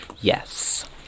Yes